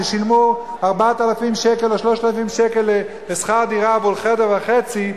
ששילמו 3,000 או 4,000 שקל לשכר דירה עבור חדר וחצי,